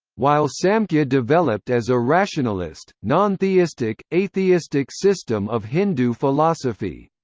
while samkhya developed as a rationalist, non-theistic atheistic system of hindu philosophy.